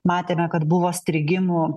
matėme kad buvo strigimų